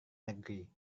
negeri